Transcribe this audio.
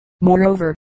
Moreover